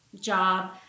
job